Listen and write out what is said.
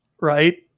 right